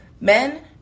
Men